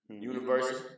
University